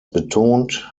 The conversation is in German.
betont